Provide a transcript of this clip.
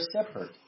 separate